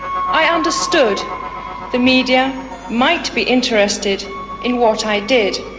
i understood the media might be interested in what i did.